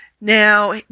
Now